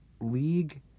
league